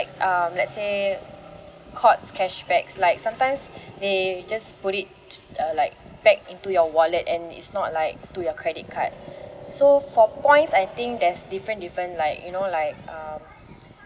um let's say Courts cashbacks like sometimes they just put it uh like back into your wallet and it's not like to your credit card so for points I think there's different different like you know like um